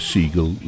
Siegel